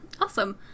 Awesome